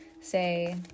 say